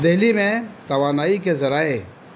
دہلی میں توانائی کے ذرائع